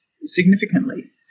significantly